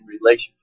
relation